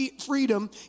freedom